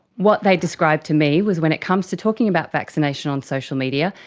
what they described to me was when it comes to talking about vaccination on social media,